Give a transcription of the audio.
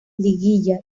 liguilla